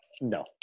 no